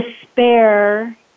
despair